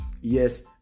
Yes